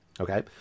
okay